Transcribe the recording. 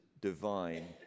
divine